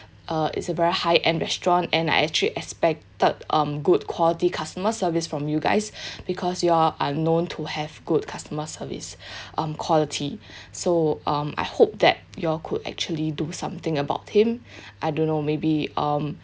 uh it's a very high end restaurant and I actually expected um good quality customer service from you guys because you all are known to have good customer service um quality so um I hope that you all could actually do something about him I don't know maybe um